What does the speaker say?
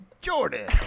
Jordan